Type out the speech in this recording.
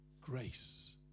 grace